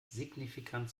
signifikant